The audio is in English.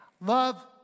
Love